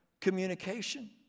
communication